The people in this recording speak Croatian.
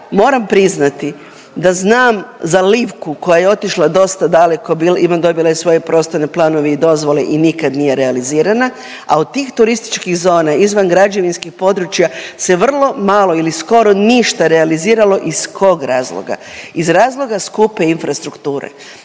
moram priznati da znam za Livku koja je otišla dosta daleko dobila je svoje prostorne planove i dozvole i nikad nije realizirana, a od tih turističkih zona izvan građevinskih područja se vrlo malo ili skoro ništa realizirano, iz kog razloga? Iz razloga skupe infrastrukture.